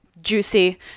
juicy